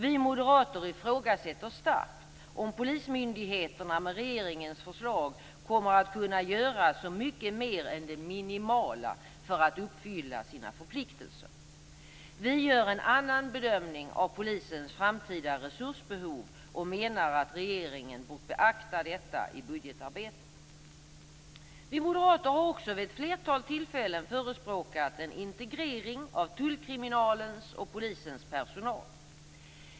Vi moderater ifrågasätter starkt om polismyndigheterna med regeringens förslag kommer att kunna göra så mycket mer än det minimala för att uppfylla sina förpliktelser. Vi gör en annan bedömning av polisens framtida resursbehov och menar att regeringen bort beakta detta i budgetarbetet. Vi moderater har också vid ett flertal tillfällen förespråkat en integrering av tullkriminalens och polisens personal.